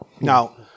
Now